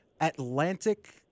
Atlantic